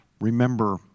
remember